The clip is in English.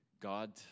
God